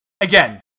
Again